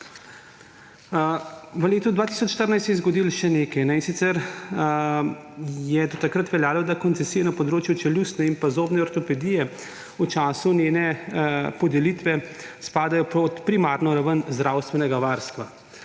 V letu 2014 se je zgodilo še nekaj, in sicer je do takrat veljalo, da koncesije na področju čeljustne in zobne ortopedije v času njene podelitve spadajo pod primarno raven zdravstvenega varstva.